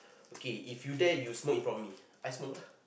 okay if you dare you smoke in front of me I smoke lah